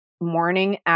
morning